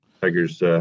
Tigers